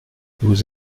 vous